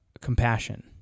compassion